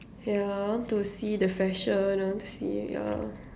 ya I want to see the fashion I want to see ya